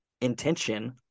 intention –